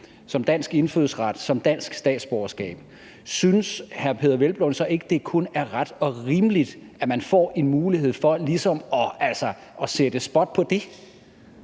som dansk indfødsret, som dansk statsborgerskab, synes hr. Peder Hvelplund så ikke kun, det er ret og rimeligt, at man får en mulighed for ligesom at sætte spot på det?